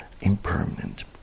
impermanent